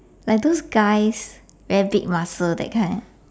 like those guys very big muscle that kind ah